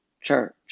church